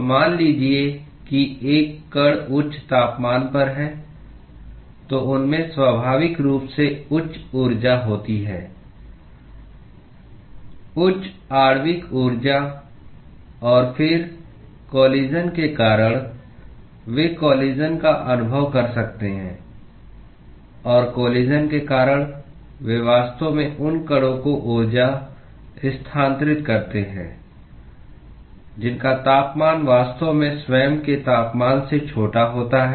तो मान लीजिए कि एक कण उच्च तापमान पर है तो उनमें स्वाभाविक रूप से उच्च ऊर्जा होती है उच्च आणविक ऊर्जा और फिर कलिश़न के कारण वे कलिश़न का अनुभव कर सकते हैं और कलिश़न के कारण वे वास्तव में उन कणों को ऊर्जा स्थानांतरित करते हैं जिनका तापमान वास्तव में स्वयं के तापमान से छोटा होता है